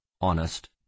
honest